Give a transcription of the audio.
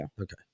Okay